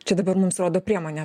čia dabar mums rodo priemonę